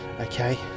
okay